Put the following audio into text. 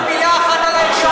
עוד לא אמרת מילה אחת על האתיופים.